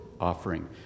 offering